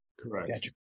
Correct